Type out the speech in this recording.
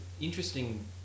interesting